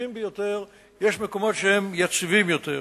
רגישים ביותר ויש מקומות שהם יציבים יותר.